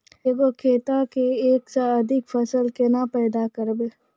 एक गो खेतो मे एक से अधिक फसल केना पैदा करबै?